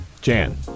Jan